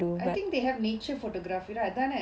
I think they have nature photography அதான:athaana